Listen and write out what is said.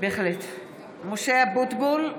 (קוראת בשמות חברי הכנסת) משה אבוטבול,